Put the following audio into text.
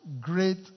great